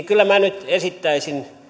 kyllä minä nyt esittäisin